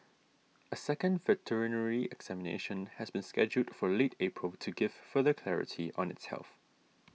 a second veterinary examination has been scheduled for late April to give further clarity on its health